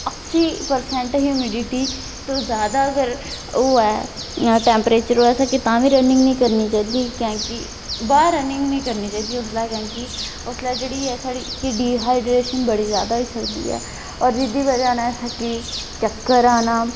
अस्सी percent humidity छा जैदा अगर होऐ ते टैम्प्रेचर तां बी असैं रनिंग नीं करनी चाहिदी